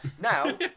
now